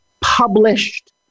published